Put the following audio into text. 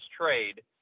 trade